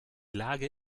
lage